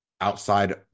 outside